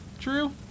true